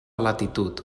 latitud